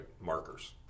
Markers